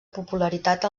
popularitat